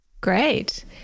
Great